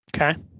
okay